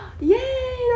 Yay